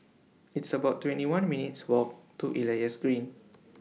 It's about twenty one minutes' Walk to Elias Green